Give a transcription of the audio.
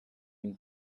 une